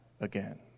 again